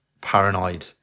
paranoid